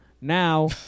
Now